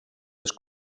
les